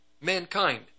mankind